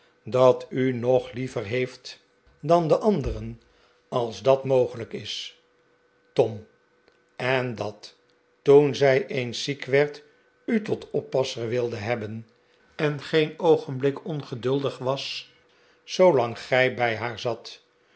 naast u neer van dan de anderen als dat mogelijk is tom en dat toen zij eens ziek werd u tot oppasser wilde hebben en geen oogenblik on j geduldig was zoolang gij bij haar zat